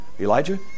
Elijah